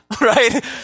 right